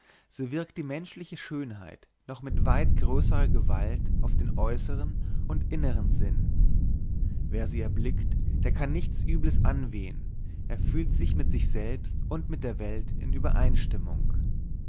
so wirkt die menschliche schönheit noch mit weit größerer gewalt auf den äußern und innern sinn wer sie erblickt den kann nichts übles anwehen er fühlt sich mit sich selbst und mit der welt in übereinstimmung